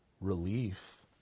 relief